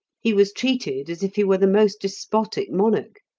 he was treated as if he were the most despotic monarch.